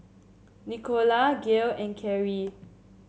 Nicola Gale and Carrie